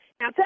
Now